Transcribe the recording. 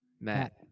Matt